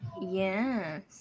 Yes